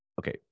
okay